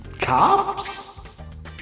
Cops